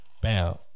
Bam